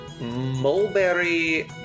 mulberry